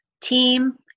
team